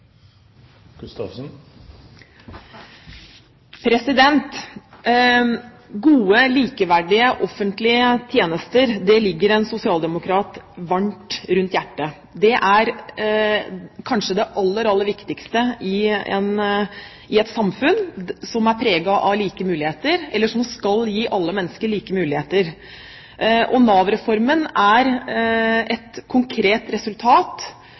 samfunn. Gode, likeverdige offentlige tjenester ligger en sosialdemokrat varmt rundt hjertet. Det er kanskje det aller, aller viktigste i et samfunn som er preget av og skal gi alle mennesker like muligheter. Nav-reformen er et konkret resultat